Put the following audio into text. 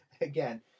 again